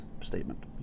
statement